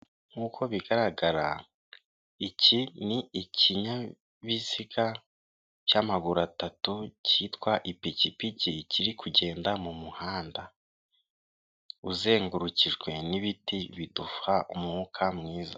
Nk'uko bigaragara iki ni ikinyabiziga cy'amaguru atatu cyitwa ipikipiki kiri kugenda mu muhanda, uzengurukijwe n'ibiti biduha umwuka mwiza.